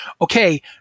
okay